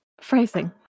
Phrasing